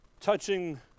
Touching